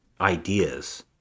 ideas